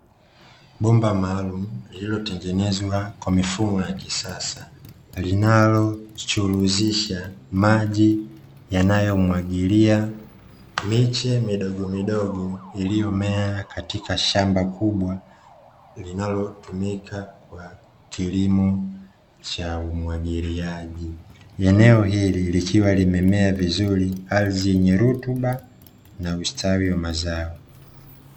Bomba maalumu lililotengenezwa kwa mifumo ya kisasa, linalochuruzisha maji yanayomwagilia miche midogo midogo iliyomea katika shamba kubwa linalotumika kwa kilimo cha umwagiliaji. Eneo hili likiwa limemea vizuri, ardhi yenye rutuba na ustawi wa mazao.